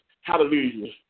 Hallelujah